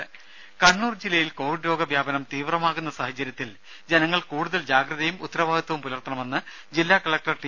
ദേഴ കണ്ണൂർ ജില്ലയിൽ കോവിഡ് രോഗ വ്യാപനം തീവ്രമാകുന്ന സാഹചര്യത്തിൽ ജനങ്ങൾ കൂടുതൽ ജാഗ്രതയും ഉത്തരവാദിത്തവും പുലർത്തണമെന്ന് ജില്ല കലക്ടർ ടി